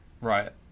Right